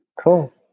cool